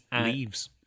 leaves